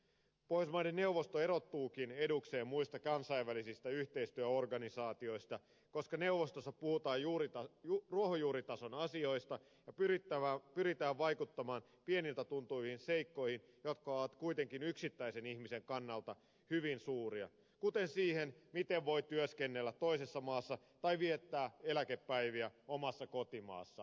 pohjoismaiden neuvosto erottuukin edukseen muista kansainvälisistä yhteistyöorganisaatioista koska neuvostossa puhutaan ruohonjuuritason asioista ja pyritään vaikuttamaan pieniltä tuntuviin seikkoihin jotka ovat kuitenkin yksittäisen ihmisen kannalta hyvin suuria kuten siihen miten voi työskennellä toisessa maassa tai viettää eläkepäiviä omassa kotimaassaan